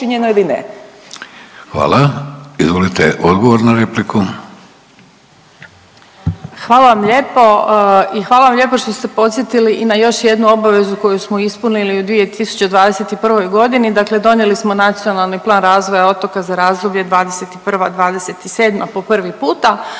Hvala. Izvolite odgovor na repliku.